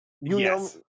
Yes